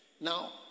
Now